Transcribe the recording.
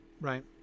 right